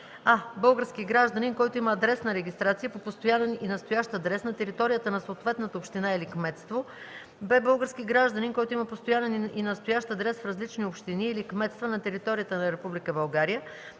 а) български гражданин, който има адресна регистрация по постоянен и настоящ адрес на територията на съответната община или кметство; б) български гражданин, който има постоянен и настоящ адрес в различни общини или кметства на територията на Република